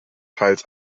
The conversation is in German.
teils